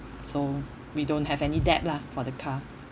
so we don't have any debt lah for the car